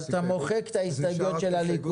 אם כן, אתה מוחק את ההסתייגויות של הליכוד.